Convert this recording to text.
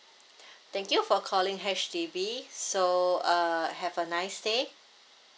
thank you for calling H_D_B so uh have a nice day